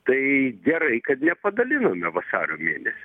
tai gerai kad nepadalinome vasario mėnesį